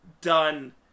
done